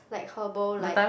like herbal like